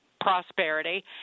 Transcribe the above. prosperity